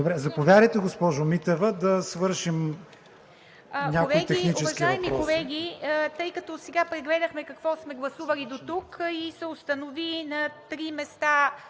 Заповядайте, госпожо Митева, да свършим някои технически въпроси.